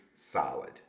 Solid